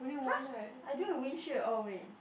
!huh! I don't have windshield at all wait